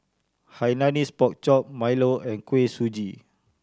Hainanese Pork Chop milo and Kuih Suji